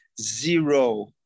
zero